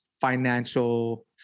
financial